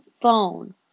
phone